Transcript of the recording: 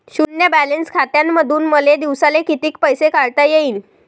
शुन्य बॅलन्स खात्यामंधून मले दिवसाले कितीक पैसे काढता येईन?